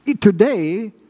today